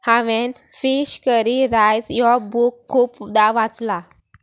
हांवें fish curry rice हो book खुबदा वाचलां